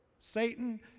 Satan